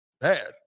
bad